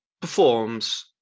performs